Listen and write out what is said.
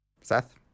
Seth